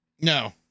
no